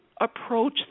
approach